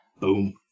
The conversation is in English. Boom